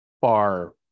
far